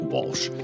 Walsh